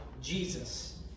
Jesus